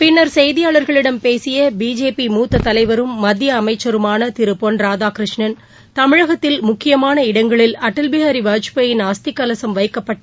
பின்னா் செய்தியாளா்களிடம் பேசிய பிஜேபி மூத்த தலைவரும் மத்திய அமைச்சருமான திரு பொன் ராதாகிருஷ்ணன் தமிழகத்தில் முக்கியமான இடங்களில் அடல் பினாி வாஜ்பாயின் அஸ்தி கலசம் வைக்கப்பட்டு